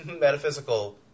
metaphysical